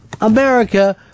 America